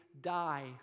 die